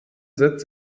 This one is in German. sitz